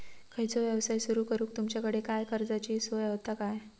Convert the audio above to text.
खयचो यवसाय सुरू करूक तुमच्याकडे काय कर्जाची सोय होता काय?